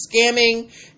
scamming